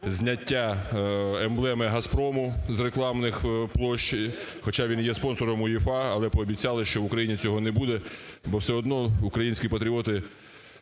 зняття емблеми "Газпрому" з рекламних площ. Хоча він є спонсором УЄФА, але пообіцяли, що в Україні цього не буде, бо все одно українські патріоти